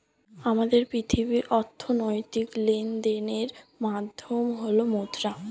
আমাদের পৃথিবীর অর্থনৈতিক লেনদেনের মাধ্যম হল মুদ্রা